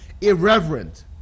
irreverent